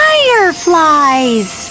Fireflies